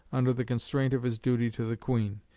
under the constraint of his duty to the queen,